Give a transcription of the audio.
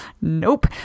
nope